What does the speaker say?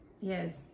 yes